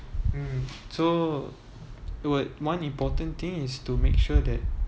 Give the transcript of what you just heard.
mm mm so one one important thing is to make sure that